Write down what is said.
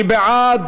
מי בעד?